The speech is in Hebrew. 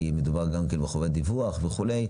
כי מדובר גם כן בחובת דיווח וכו'.